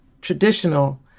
traditional